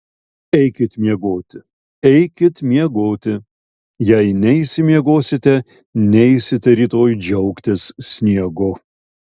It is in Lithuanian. eikit miegoti eikit miegoti jei neišsimiegosite neisite rytoj džiaugtis sniegu